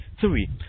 three